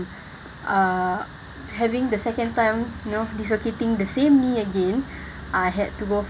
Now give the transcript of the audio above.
uh having the second time you know dislocating the same knee again I had to go